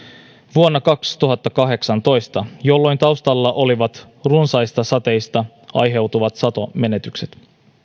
vuonna kaksituhattakahdeksantoista jolloin taustalla olivat runsaista sateista aiheutuneet satomenetykset